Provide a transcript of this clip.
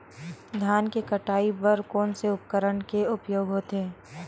धान के कटाई बर कोन से उपकरण के उपयोग होथे?